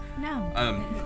No